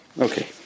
Okay